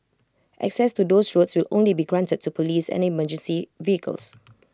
access to those roads will only be granted to Police and emergency vehicles